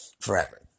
forever